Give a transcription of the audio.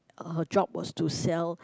her job was to sell